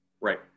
Right